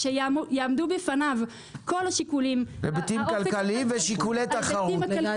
כשיעמדו בפניו כל השיקולים --- היבטים כלכליים ושיקולי תחרות.